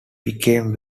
became